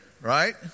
right